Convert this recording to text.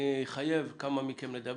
אני אחייב כמה מכם לדבר,